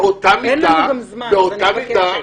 גם אין לנו זמן, אז אני מבקשת.